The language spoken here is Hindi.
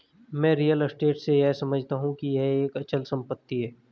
मैं रियल स्टेट से यह समझता हूं कि यह एक अचल संपत्ति है